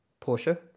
porsche